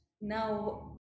Now